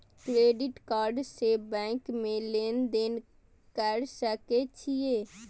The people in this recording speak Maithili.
क्रेडिट कार्ड से बैंक में लेन देन कर सके छीये?